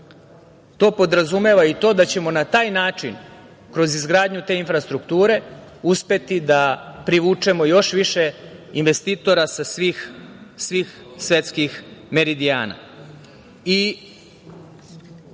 podrazumeva da ćemo na taj način kroz izgradnju te infrastrukture uspeti da privučemo još više investitora sa svih svetskih meridijana. Takođe,